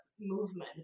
movement